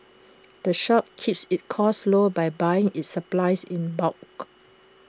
the shop keeps its costs low by buying its supplies in bulk